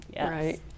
right